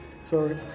sorry